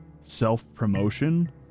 self-promotion